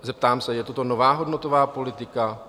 Zeptám se, joto nová hodnotová politika?